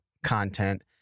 content